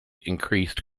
increased